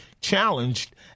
challenged